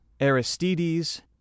Aristides